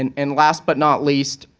and and last but not least,